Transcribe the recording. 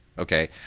Okay